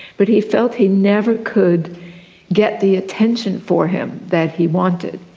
but he felt he never could get the attention for him that he wanted.